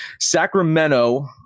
Sacramento